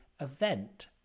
event